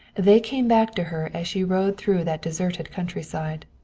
they came back to her as she rode through that deserted countryside.